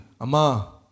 Ama